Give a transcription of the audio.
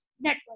network